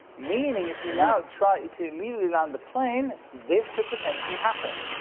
meaning, if you now try to immediately on the plane, this could potentially happen